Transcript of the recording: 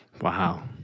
Wow